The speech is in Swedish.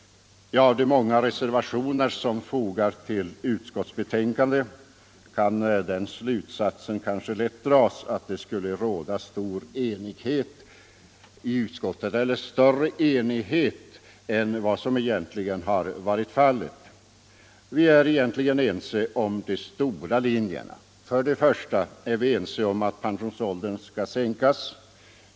Av de många reservationer som fogats till utskottsbetänkandet kan den slutsatsen kanske lätt dras, att det skulle råda större oenighet i utskottet än vad som egentligen har varit fallet. Vi är faktiskt ense om de stora linjerna. Först och främst är vi överens om att pensionsåldern 35 skall sänkas.